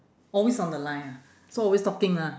always on the line ah so always talking ah